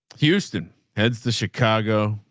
houston heads, the chicago,